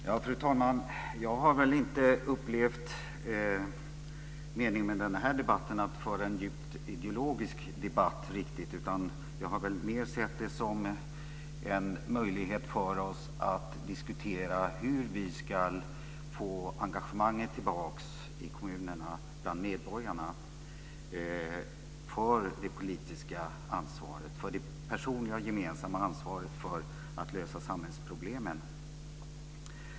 Fru talman! Jag har inte upplevt meningen med den här debatten vara att vi ska föra en ideologisk diskussion, utan jag har mer sett den som en möjlighet för oss att resonera om hur vi ska få tillbaka engagemanget för det politiska ansvaret bland medborgarna i kommunerna och för det gemensamma ansvaret för att lösa samhällsproblemen.